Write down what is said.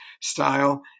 style